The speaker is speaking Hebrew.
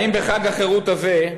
האם בחג החירות הזה,